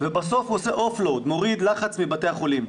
ובסוף הוא מוריד לחץ מבתי החולים.